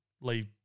leave